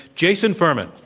jason furman.